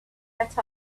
set